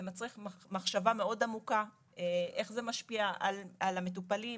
מחשבה מאוד עמוקה, איך זה משפיע על המטופלים,